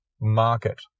market